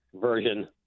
version